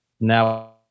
Now